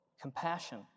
compassion